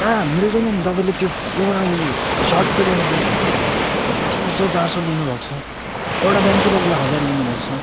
कहाँ मिल्दैन नि तपाईँले त्यो एउटा उयो सर्टको तपाईँले तिन सय चार सय लिनु भएको छ एउटा प्यान्टको तपाईँले हजार लिनु भएको छ